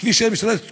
כביש 6 משמש את כולנו,